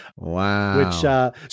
Wow